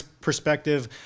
perspective